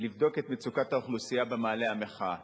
לבדוק את מצוקת האוכלוסייה במאהלי המחאה.